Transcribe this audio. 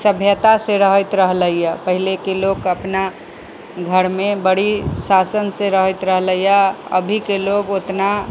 सभ्यतासँ रहैत रहले हँ पहिलेके लोक अपना घरमे बड़ी शासनसँ रहै रहले अभीके लोक ओतना